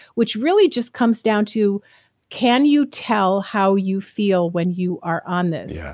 which really just comes down to can you tell how you feel when you are on this.